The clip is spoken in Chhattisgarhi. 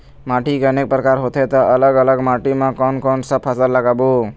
माटी के अनेक प्रकार होथे ता अलग अलग माटी मा कोन कौन सा फसल लगाबो?